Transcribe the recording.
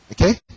Okay